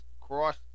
cross